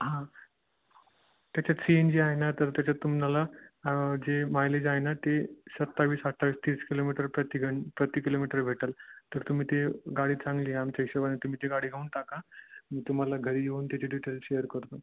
हां त्याच्यात C N G आहे ना तर त्याच्यात तुम्नाला जे मायलेज आहे ना ते सत्तावीस अठ्ठावीस तीस किलोमीटर प्रति घं प्रति किलोमीटर भेटंल तर तुम्ही ते गाडी चांगली आहे आमच्या हिशोबाने तुम्ही ती गाडी घेऊन टाका मी तुम्हाला घरी येऊन त्याचे डिटेल शेअर करतो